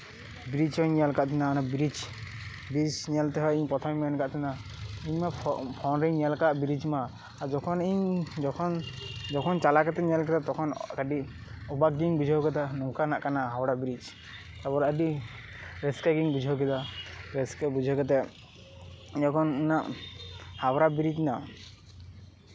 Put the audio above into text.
bridge ᱦᱚᱸᱧ ᱧᱮᱞ ᱟᱠᱟᱫ ᱛᱟᱦᱮᱸᱱᱟ ᱚᱱᱟ ᱵᱨᱤᱡ ᱵᱨᱤᱡ ᱧᱮᱞ ᱛᱮᱦᱚᱸ ᱤᱧ ᱯᱨᱚᱛᱷᱚᱢᱤᱧ ᱢᱮᱱ ᱟᱠᱟᱫ ᱛᱟᱦᱮᱸᱱᱟ ᱚᱱᱟ ᱯᱷᱳᱱ ᱨᱤᱧ ᱧᱮᱞ ᱟᱠᱟᱫ ᱤᱧ ᱢᱟ ᱵᱨᱤᱡ ᱢᱟ ᱟᱫᱚ ᱤᱧ ᱡᱚᱠᱷᱚᱱ ᱪᱟᱞᱟᱣ ᱠᱟᱛᱮᱧ ᱧᱮᱞ ᱠᱮᱫᱟ ᱩᱱ ᱚᱞᱨᱮᱰᱤ ᱚᱵᱟᱠ ᱜᱤᱧ ᱵᱩᱡᱷᱟᱹᱣ ᱠᱮᱫᱟ ᱱᱚᱝᱠᱟᱱᱟᱜ ᱠᱟᱱᱟ ᱦᱟᱣᱲᱟ ᱵᱨᱤᱡ ᱛᱟᱯᱚᱨᱮ ᱟᱹᱰᱤ ᱨᱟᱹᱥᱠᱟᱹ ᱜᱤᱧ ᱵᱩᱡᱷᱟᱹᱣ ᱠᱮᱫᱟ ᱨᱟᱹᱥᱠᱟᱹ ᱵᱩᱡᱷᱟᱹᱣ ᱠᱟᱛᱮ ᱡᱚᱠᱷᱚᱱ ᱤᱧᱟᱹᱜ ᱦᱟᱣᱲᱟ ᱵᱨᱤᱡ ᱨᱮᱱᱟᱜ